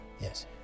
yes